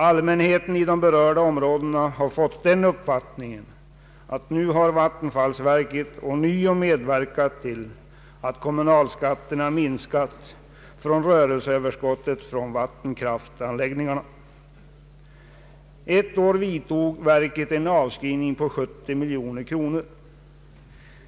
Allmänheten i de berörda områdena har fått den uppfattningen att vattenfallsverket ånyo medverkat till att kommunalskatterna minskat på rörelseöverskottet från vattenkraftanläggningarna. Ett år vidtog verket en avskrivning på 70 miljoner kronor.